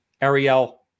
Ariel